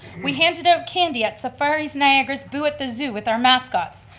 we handed out candy at safari's niagara's boo at the zoo with our mascots,